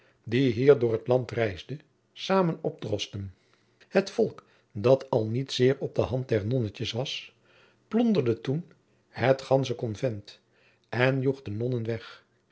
die hier door t land reisde samen opdrosten het volk dat al niet zeer op de hand der nonnentjes was plonderde toen het gandsche konvent en joeg de nonnen weg